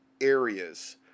areas